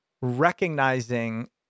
recognizing